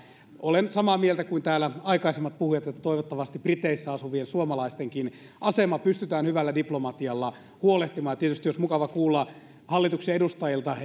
olen samaa mieltä kuin täällä aikaisemmat puhujat että toivottavasti briteissä asuvien suomalaistenkin asema pystytään hyvällä diplomatialla huolehtimaan tietysti olisi mukava kuulla hallituksen edustajilta